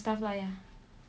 stuff lah ya